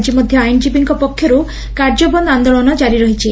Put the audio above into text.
ଆକି ମଧ୍ଧ ଆଇନଜୀବୀଙ୍କ ପକରୁ କାର୍ଯ୍ୟବନ୍ଦ ଆଦୋଳନ ଜାରି ରହିଛି